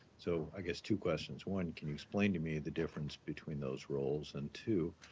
so, i guess, two questions one, can you explain to me the difference between those roles? and two,